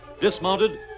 dismounted